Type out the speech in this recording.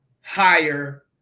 higher